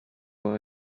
are